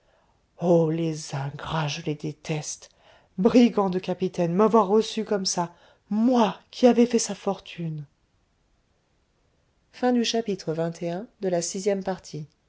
oh les ingrats je les déteste brigand de capitaine m'avoir reçu comme ça moi qui avais fait sa fortune